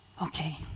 okay